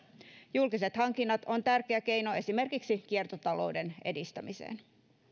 julkiset hankinnat on tärkeä keino esimerkiksi kiertotalouden edistämiseen